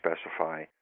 specify